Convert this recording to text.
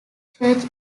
church